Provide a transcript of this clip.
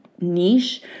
niche